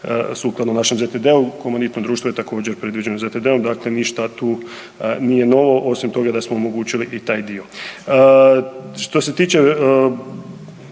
sukladno našem ZTD-u komanditno društvo je također predviđeno ZTD-om, dakle ništa tu nije novo osim toga da smo omogućili i taj dio. Što se tiče